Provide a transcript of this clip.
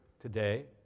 today